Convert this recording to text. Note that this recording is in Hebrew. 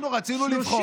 אנחנו רצינו לבחון.